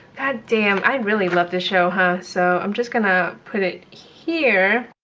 goddamn, i really love to show, huh, so i'm just gonna put it here.